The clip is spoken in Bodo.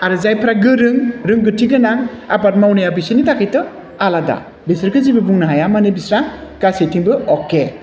आरो जायफ्रा गोरों रोंगौथि गोनां आबाद मावनाया बिसोरनि थाखायथ' आलादा बिसोरखौ जेबो बुंनो हाया माने बिस्रा गासैथिंबो अके